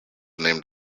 named